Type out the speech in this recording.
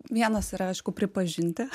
vienas yra aišku pripažinti